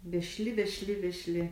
vešli vešli vešli